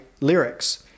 lyrics